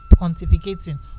pontificating